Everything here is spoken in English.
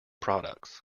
products